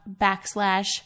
backslash